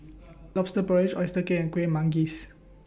Lobster Porridge Oyster Cake and Kueh Manggis